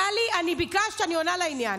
טלי, אני ביקשתי, אני עונה לעניין.